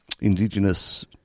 indigenous